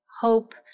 hope